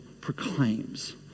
proclaims